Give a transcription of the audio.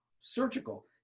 surgical